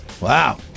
Wow